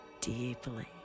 deeply